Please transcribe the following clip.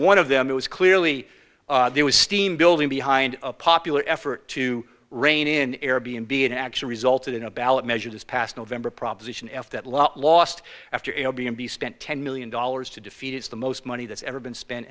one of them it was clearly there was steam building behind a popular effort to rein in air b n b an action resulted in a ballot measure this past november proposition f that lot lost after air b n b spent ten million dollars to defeat it's the most money that's ever been spent